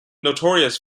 notorious